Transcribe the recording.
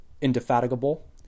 Indefatigable